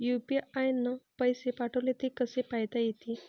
UPI न पैसे पाठवले, ते कसे पायता येते?